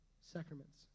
Sacraments